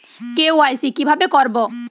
KYC কিভাবে করব?